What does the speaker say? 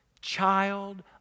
child